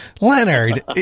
Leonard